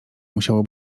musiało